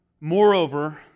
Moreover